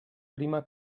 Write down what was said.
prima